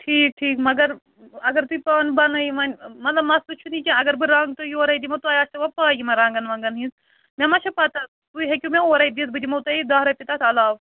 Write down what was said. ٹھیٖک ٹھیٖک مگر اَگر تُہۍ پانہٕ بَنٲوِو وۅنۍ مطلب مَسلہٕ چھُنہٕ یہِ کیٚنٛہہ اَگر بہٕ رنٛگ تہِ یورَے دِمہٕ تۄہہِ آسٮ۪و وۅنۍ پَے یِمَن رنٛگَن ونٛگَن ہٕنٛز مےٚ ما چھِ پَتاہ تُہۍ ہیٚکِو مےٚ اورَے دِتھ بہٕ دِمہو تۄہہِ یہِ دَہ رۄپیہِ تَتھ علاوٕ